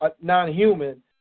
non-human